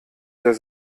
sehr